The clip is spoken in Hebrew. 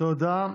תודה.